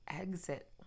exit